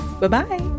Bye-bye